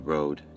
Road